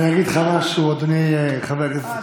אני אגיד לך משהו, אדוני חבר הכנסת,